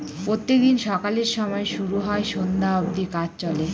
প্রত্যেক দিন সকালের সময় শুরু হয় সন্ধ্যা অব্দি কাজ চলে